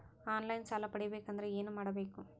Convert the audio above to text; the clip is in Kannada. ಆನ್ ಲೈನ್ ಸಾಲ ಪಡಿಬೇಕಂದರ ಏನಮಾಡಬೇಕು?